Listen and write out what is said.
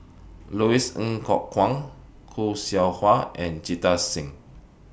Louis Ng Kok Kwang Khoo Seow Hwa and Jita Singh